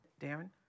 Darren